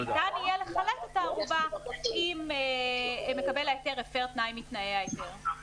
ניתן יהיה לחלט את הערובה אם מקבל ההיתר הפר תנאי מתנאי ההיתר.